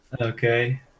Okay